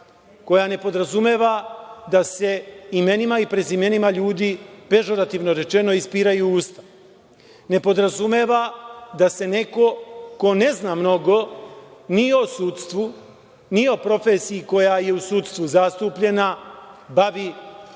koja ne podrazumeva da se imenima i prezimenima ljudi, pežorativno rečeno, ispiraju usta, ne podrazumeva da se neko ko ne zna mnogo ni o sudstvu, ni o profesiji koja je u sudstvu zastupljena bavi, kroz